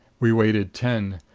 we waited ten,